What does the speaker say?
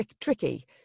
tricky